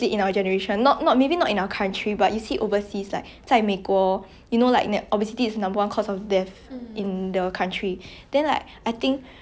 in the country then like I think like this kind of body image positivity influencers like what they are trying to promote is like